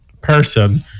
person